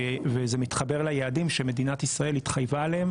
וגם מתחבר ליעדים שמדינת ישראל התחייבה עליהם,